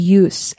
use